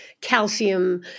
calcium